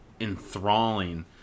enthralling